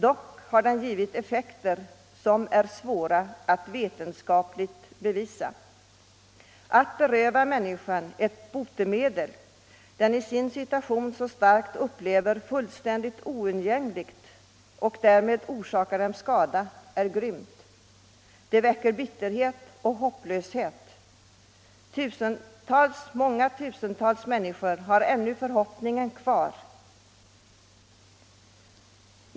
Faktum är att THX gett effekter, även om det är svårt att vetenskapligt bevisa dem. Att beröva människan ett läkemedel, som många i sin svåra situation upplever som oundgängligt, är grymt och förorsakar dessa människor skada. Det väcker bitterhet och hopplöshet. Tusentals sjuka människor i denna svåra situation har ännu hoppet kvar.